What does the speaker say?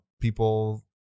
people